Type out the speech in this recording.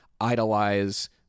idolize